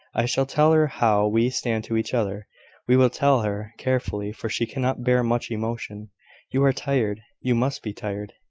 i shall tell her how we stand to each other we will tell her carefully, for she cannot bear much emotion you are tired you must be tired,